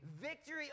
victory